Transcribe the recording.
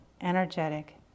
energetic